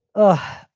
oh,